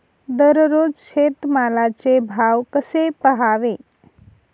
दररोज शेतमालाचे भाव कसे पहावे?